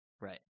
Right